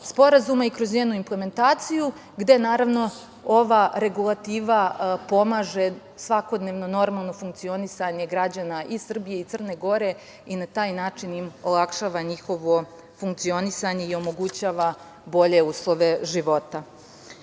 i kroz njenu implementaciju gde, naravno, ova regulativa pomaže svakodnevno normalno funkcionisanje građana i Srbije i Crne Gore i na taj način im olakšava njihovo funkcionisanje i omogućava bolje uslove života. Na